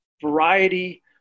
variety